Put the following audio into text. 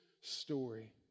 story